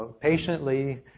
patiently